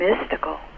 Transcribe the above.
mystical